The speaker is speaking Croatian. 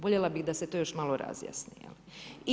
Voljela bi da se to još malo razjasni, jel.